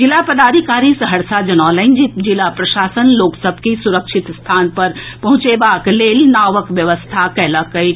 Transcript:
जिला पदाधिकारी सहरसा जनौलनि जे जिला प्रशासन लोक सभ के सुरक्षित स्थान पर पहुंचए बाक लेल नावक व्यवस्था कएलक अछि